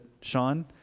Sean